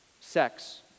Sex